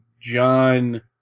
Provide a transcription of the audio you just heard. John